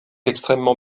extrêmement